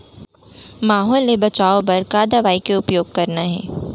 माहो ले बचाओ बर का दवई के उपयोग करना हे?